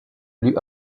élu